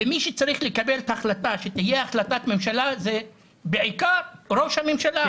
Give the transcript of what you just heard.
ומי שצריך לקבל את ההחלטה שתתקבל החלטת ממשלה זה בעיקר ראש הממשלה.